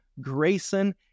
Grayson